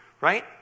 right